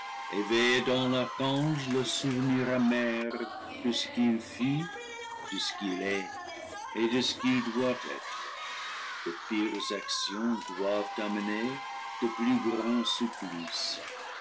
l'archange le souvenir amer de ce qu'il fut de ce qu'il est et de ce qu'il doit être de pires actions doivent amener de plus grands supplices